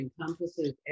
encompasses